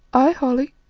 aye holly,